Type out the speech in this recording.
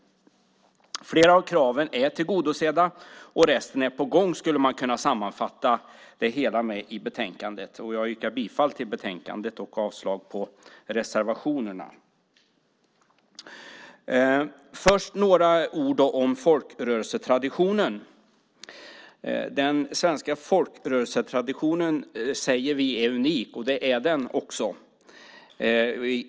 Flera av kraven är tillgodosedda, resten är på gång, kan man sammanfatta det hela med. Jag yrkar bifall till förslagen i betänkandet och avslag på reservationerna. Jag ska först säga några ord om folkrörelsetraditionen. Den svenska folkrörelsetraditionen är unik, säger vi. Det är den också.